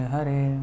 Hare